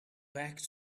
back